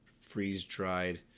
freeze-dried